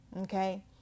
Okay